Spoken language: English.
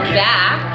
back